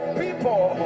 people